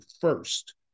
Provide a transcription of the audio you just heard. first